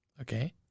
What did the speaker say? Okay